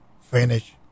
finish